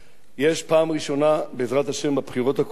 יש פעם ראשונה, בעזרת השם, בבחירות הקרובות,